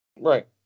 Right